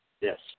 Yes